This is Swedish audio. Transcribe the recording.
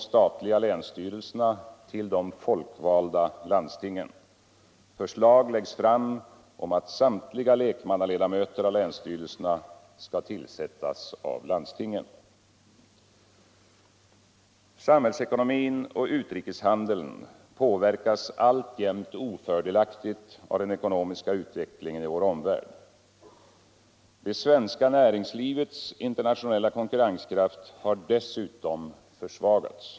Samhällsekonomin och utrikeshandeln påverkas alltjämt ofördelaktigt av den ekonomiska utvecklingen I vår omvärld. Det svenska näringslivets internationella konkurrenskraft har dessutom försvagats.